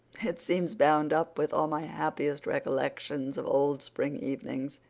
it seems bound up with all my happiest recollections of old spring evenings.